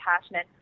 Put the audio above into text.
passionate